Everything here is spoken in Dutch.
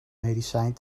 medicijn